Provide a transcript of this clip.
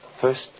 First